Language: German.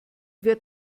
wird